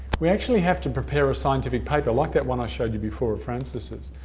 we actually have to prepare a scientific paper, like that one i showed you before of frances's.